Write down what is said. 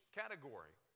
category